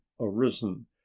arisen